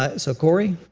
ah so corrie,